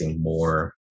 more